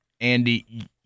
Andy